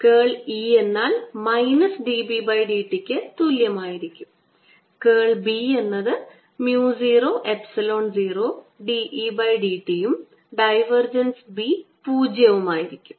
കേൾ E എന്നാൽ minus d B d t ക്ക് തുല്യമായിരിക്കും കേൾ B എന്നത് mu 0 epsilon 0 d E by d t യും ഡൈവർജൻസ് B പൂജ്യവും ആയിരിക്കും